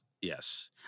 yes